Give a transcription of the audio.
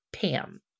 PAM